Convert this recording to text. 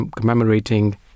commemorating